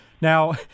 Now